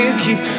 keep